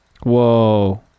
whoa